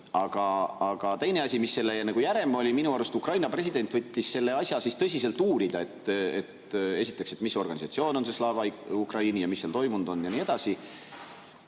Aga teine asi, mis selle järelm oli minu arust, et Ukraina president võttis selle asja siis tõsiselt uurida: esiteks, mis organisatsioon on Slava Ukraini, mis seal toimunud on ja nii edasi.